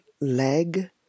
leg